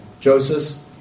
Joseph